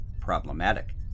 problematic